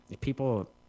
People